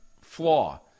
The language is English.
flaw